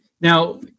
Now